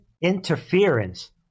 interference